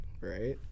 right